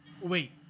Wait